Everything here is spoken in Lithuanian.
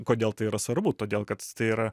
kodėl tai yra svarbu todėl kad tai yra